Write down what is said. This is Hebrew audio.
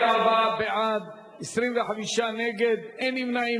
44 בעד, 25 נגד, אין נמנעים.